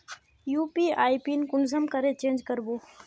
UPI PIN कुंसम करे change करबो?